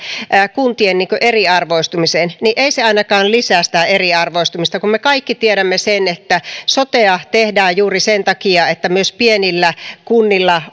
kuntien eriarvoistumiseen ei se ainakaan lisää sitä eriarvoistumista kun me kaikki tiedämme sen että sotea tehdään juuri sen takia että myös pienillä kunnilla